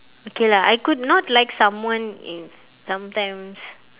okay lah I could not like someone if sometimes